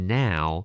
now